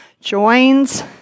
joins